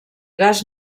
gas